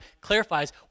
clarifies